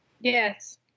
Yes